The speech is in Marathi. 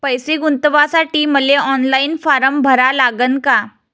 पैसे गुंतवासाठी मले ऑनलाईन फारम भरा लागन का?